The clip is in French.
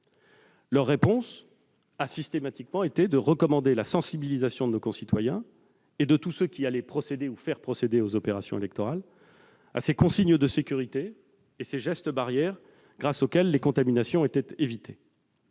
Leur réponse a été de recommander la sensibilisation de nos concitoyens et de tous ceux qui allaient procéder ou faire procéder aux opérations électorales à ces consignes de sécurité et à ces gestes barrières grâce auxquels les contaminations pouvaient être évitées.